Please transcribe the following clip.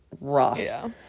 rough